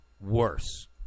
worse